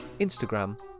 Instagram